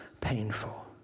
painful